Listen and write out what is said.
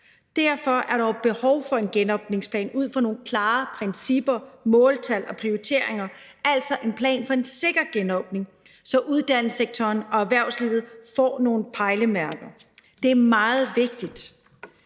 Derfor er der jo behov for en genåbningsplan ud fra nogle klare principper, måltal og prioriteringer, altså en plan for en sikker genåbning, så uddannelsessektoren og erhvervslivet får nogle pejlemærker. Det er meget vigtigt.